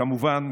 כמובן,